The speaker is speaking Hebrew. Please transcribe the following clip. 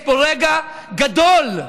יש פה רגע גדול,